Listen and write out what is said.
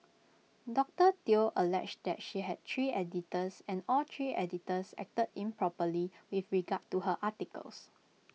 doctor Teo alleged that she had three editors and all three editors acted improperly with regard to her articles